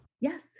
Yes